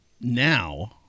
now